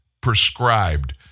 prescribed